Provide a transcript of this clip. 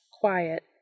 quiet